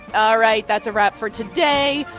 all right, that's a wrap for today.